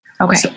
Okay